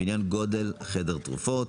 (בעניין גודל חדר תרופות),